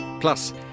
plus